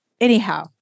anyhow